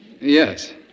Yes